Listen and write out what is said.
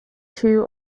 two